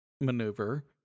maneuver